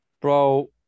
Bro